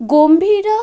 Gambhira